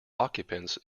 occupants